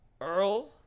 Earl